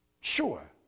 sure